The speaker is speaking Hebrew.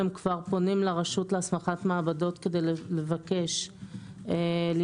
הם כבר פונים לרשות להסמכת מעבדות כדי לבקש להיות